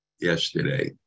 yesterday